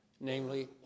namely